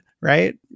right